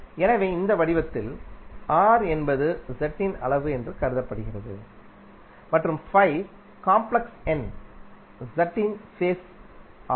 எனவே இந்த வடிவத்தில் r என்பது z இன் அளவு என்று கருதப்படுகிறதுமற்றும் காம்ப்ளெக்ஸ் எண் z இன் ஃபேஸ் மாகும்